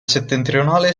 settentrionale